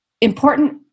important